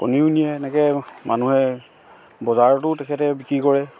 কণীও নিয়ে এনেকৈ মানুহে বজাৰতো তেখেতে বিক্ৰী কৰে